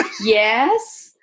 yes